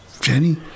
Jenny